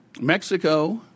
Mexico